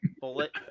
bullet